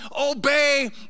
obey